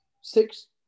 six